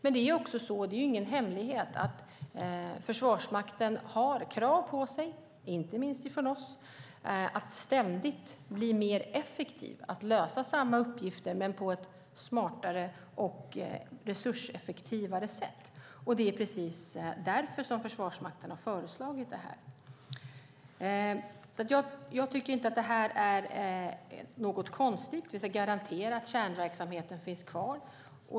Det är ingen hemlighet att Försvarsmakten har krav på sig, inte minst från oss, att ständigt bli mer effektiv, det vill säga lösa samma uppgifter på ett smartare och resurseffektivare sätt. Det är därför som Försvarsmakten har föreslagit detta. Jag tycker inte att det är konstigt. Vi ska garantera att kärnverksamheten finns kvar.